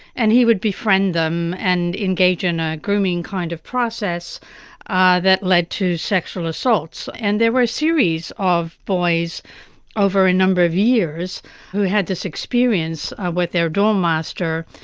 and he would befriend them and engage in a grooming kind of process ah that led to sexual assaults. and there were a series of boys over a number of years who had this experience with their dorm master.